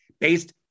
based